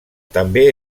també